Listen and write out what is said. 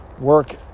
work